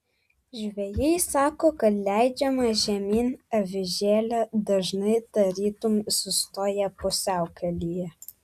žvejai sako kad leidžiama žemyn avižėlė dažnai tarytum sustoja pusiaukelėje